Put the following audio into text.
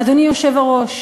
אדוני היושב-ראש,